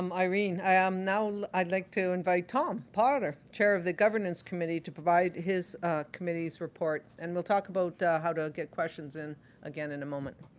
um irene. um now, i'd like to invite tom potter, chair of the governance committee to provide his committee's report, and we'll talk about how to get questions in again in a moment.